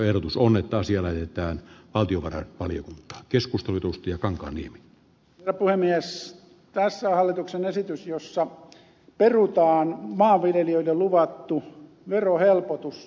tässä on että asialle mitään vaativat paljon keskusteltu ja kankaanniemi problemeiss pääsi hallituksen esitys jossa perutaan maanviljelijöille luvattu verohelpotus